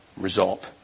result